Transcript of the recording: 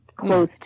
close